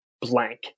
blank